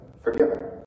forgiven